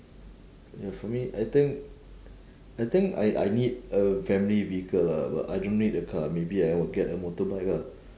ya for me I think I think I I need a family vehicle lah but I don't need a car maybe I will get a motorbike ah